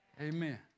Amen